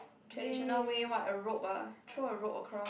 traditional way what a rope ah throw a rope across